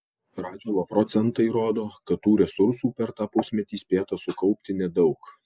radžvilo procentai rodo kad tų resursų per tą pusmetį spėta sukaupti nedaug